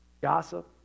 Gossip